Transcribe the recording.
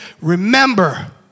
Remember